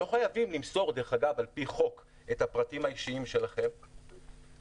לא חייבים למסור על פי חוק את הפרטים האישיים אבל אתם